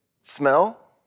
smell